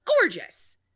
gorgeous